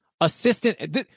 Assistant